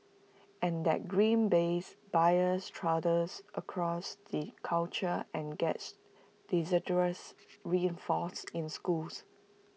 and that grim bays bias trudges across the culture and gets disastrous reinforced in schools